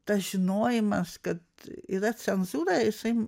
tas žinojimas kad yra cenzūra jisai